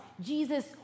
Jesus